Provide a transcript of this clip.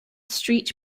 street